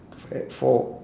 f~ four